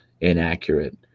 inaccurate